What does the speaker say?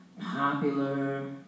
popular